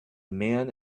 man